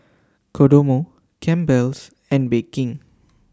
Kodomo Campbell's and Bake King